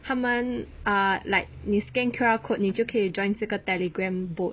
他们 ah like 你 scan Q_R code 你就可以 join 这个 telegram boat